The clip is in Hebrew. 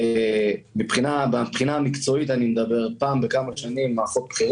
מן הבחינה המקצועית אני מדבר, כפי שצריך,